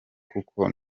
kuko